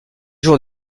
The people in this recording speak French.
jour